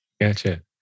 Gotcha